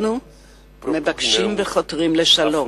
אנחנו מבקשים וחותרים לשלום,